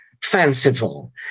fanciful